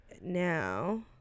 now